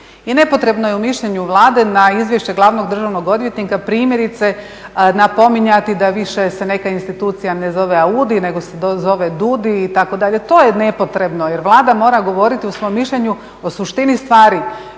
i ne potrebno je u mišljenju Vlade na izvješće glavnog državnog odvjetnika primjerice napominjati da više se neka institucija AUDI, nego se zove DUDI, itd. To je nepotrebno jer Vlada mora govoriti u svom mišljenju o suštini stvari,